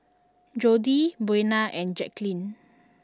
Jordy Buena and Jacklyn